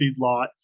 feedlot